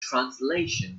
translation